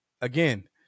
Again